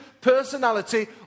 personality